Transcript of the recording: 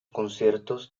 conciertos